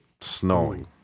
Snowing